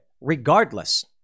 regardless